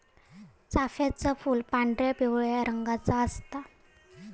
चाफ्याचा फूल पांढरा, पिवळ्या रंगाचा असता